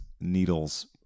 needles